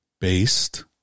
based